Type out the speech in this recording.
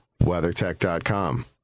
WeatherTech.com